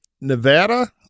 Nevada